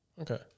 Okay